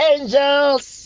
Angels